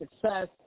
success